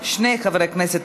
72 חברי כנסת